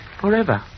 forever